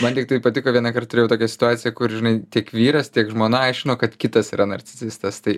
man tiktai patiko vienąkart turėjau tokią situaciją kur žinai tiek vyras tiek žmona aiškino kad kitas yra narcisistas tai